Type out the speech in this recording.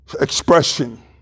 expression